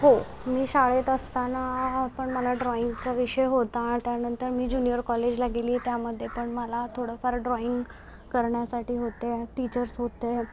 हो मी शाळेत असताना पण मला ड्रॉईंगचा विषय होता त्यानंतर मी ज्युनिअर कॉलेजला गेले त्यामध्ये पण मला थोडंफार ड्रॉईंग करण्यासाठी होते टीचर्स होते